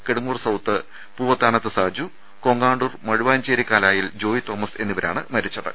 Kidangoor south Poovathanath Saju Kongandoor മഴുവാഞ്ചേരിക്കാലായിൽ Joy Thomas എന്നിവരാണ് മരിച്ചത്